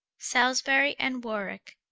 salisbury, and warwicke,